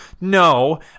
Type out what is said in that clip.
No